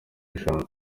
eshanu